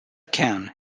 can